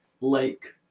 lake